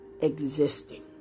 existing